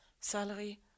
salary